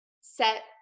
set